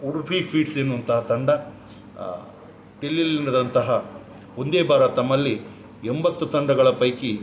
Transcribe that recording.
Udupi feeds ಎನ್ನುವಂತಹ ತಂಡ ಡೆಲ್ಲಿಯಲ್ಲಿ ನಡೆದಂತಹ ಒಂದೇ ಭಾರತದಲ್ಲಿ ಎಂಬತ್ತು ತಂಡಗಳ ಪೈಕಿ